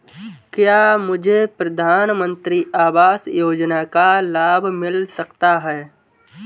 क्या मुझे प्रधानमंत्री आवास योजना का लाभ मिल सकता है?